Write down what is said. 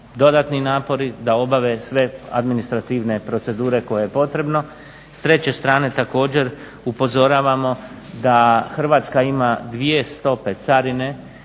dodatni napori da obave sve administrativne procedure koje je potrebno. S treće strane također upozoravamo da Hrvatska ima dvije stope carine